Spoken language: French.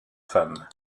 femmes